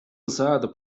usado